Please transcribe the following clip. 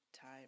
time